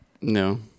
no